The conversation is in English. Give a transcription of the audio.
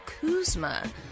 Kuzma